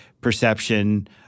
perception